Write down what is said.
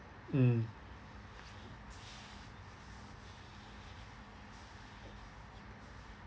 mm